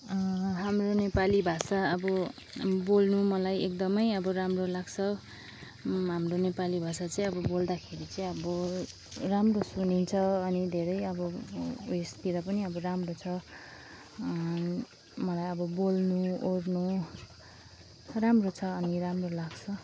हाम्रो नेपाली भाषा अब बोल्नु मलाई एकदमै अब राम्रो लाग्छ हाम्रो नेपाली भाषा चाहिँ अब बोल्दाखेरि चाहिँ अब राम्रो सुनिन्छ अनि धेरै अब उयसतिर पनि अब राम्रो छ मलाई अब बोल्नु ओर्नु राम्रो छ अनि राम्रो लाग्छ